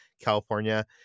California